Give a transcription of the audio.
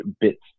bits